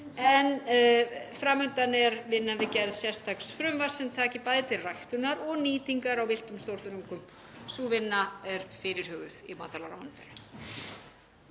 en fram undan er vinna við gerð sérstaks frumvarps sem tæki bæði til ræktunar og nýtingar á villtum stórþörungum. Sú vinna er fyrirhuguð í matvælaráðuneytinu.